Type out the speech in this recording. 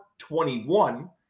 21